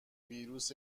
ویروس